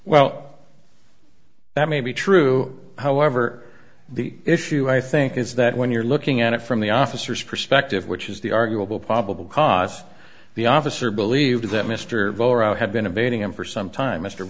well that may be true however the issue i think is that when you're looking at it from the officers perspective which is the arguable probable cause the officer believed that mr boehner had been evading him for some time m